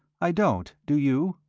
i don't. do you?